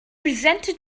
resented